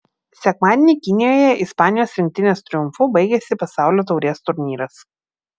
sekmadienį kinijoje ispanijos rinktinės triumfu baigėsi pasaulio taurės turnyras